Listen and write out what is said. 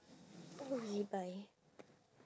oh ezbuy